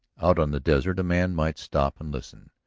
out on the desert a man might stop and listen,